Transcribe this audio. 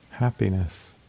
happiness